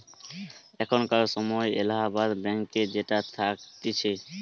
এখানকার সময় এলাহাবাদ ব্যাঙ্ক যেটা থাকতিছে